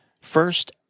first